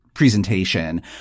presentation